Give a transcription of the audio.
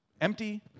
empty